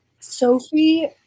Sophie